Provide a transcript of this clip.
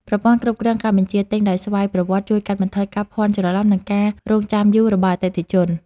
ប្រព័ន្ធគ្រប់គ្រងការបញ្ជាទិញដោយស្វ័យប្រវត្តិជួយកាត់បន្ថយការភ័ន្តច្រឡំ និងការរង់ចាំយូររបស់អតិថិជន។